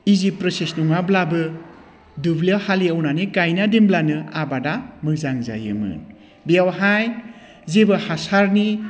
इजि process नङाब्लाबो दुब्लियाव हाल एवनानै गायना दोनब्लानो आबादआ मोजां जायोमोन बेयावहाय जेबो हासारनि